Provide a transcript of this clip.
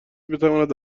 بتواند